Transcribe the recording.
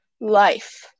life